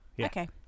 okay